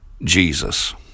Jesus